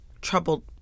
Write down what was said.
troubled